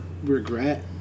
Regret